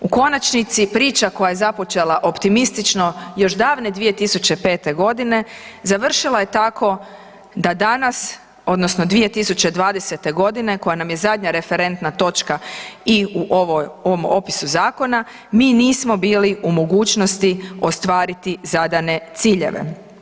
U konačnici priča koja je započela optimistično još davne 2005.g. završila je tako da danas odnosno 2020.g. koja nam je zadnja referentna točka i u ovom opisu zakona, mi nismo bili u mogućnosti ostvariti zadane ciljeve.